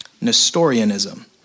Nestorianism